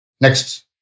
Next